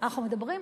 אנחנו מדברים,